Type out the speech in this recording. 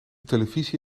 televisie